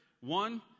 One